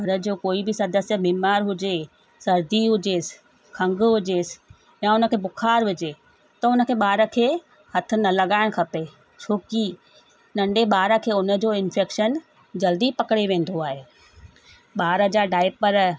घर जो कोई बि सदस्य बीमारु हुजे सर्दी हुजेसि खंघि हुजेसि या हुन खे बुख़ार हुजे त हुन खे ॿार खे हथु न लॻाइणु खपे छोकी नंढे ॿार खे हुन जो इन्फैक्शन जल्दी पकिड़े वेंदो आहे ॿार जा डायपर